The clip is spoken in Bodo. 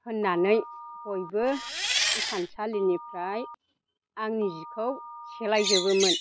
होननानै बयबो इसानसालिनिफ्राय आंनि जिखौ सेलायजोबोमोन